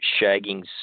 shagging